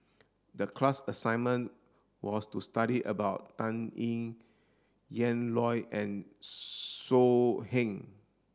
the class assignment was to study about Dan Ying Ian Loy and So Heng